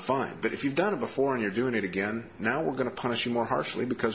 fine but if you've done it before and you're doing it again now we're going to punish you more harshly because